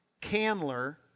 Candler